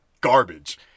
garbage